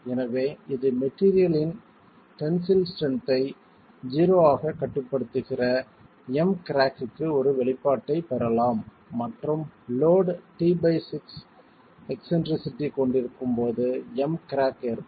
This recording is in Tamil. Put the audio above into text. எனவே இது மெட்டீரியல் இன் டென்சில் ஸ்ட்ரென்த் ஐ 0 ஆகக் கட்டுப்படுத்துகிறத M கிராக்க்கு ஒரு வெளிப்பாட்டைப் பெறலாம் மற்றும் லோட் t6 எக்ஸ்ன்ட்ரிசிட்டி கொண்டிருக்கும் போது M கிராக் ஏற்படும்